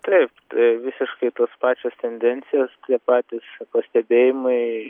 taip tai visiškai tos pačios tendencijos tie patys pastebėjimai